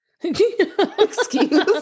excuse